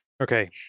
Okay